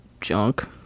junk